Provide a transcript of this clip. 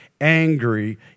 angry